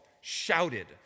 shouted